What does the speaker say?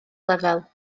lefel